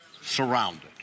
Surrounded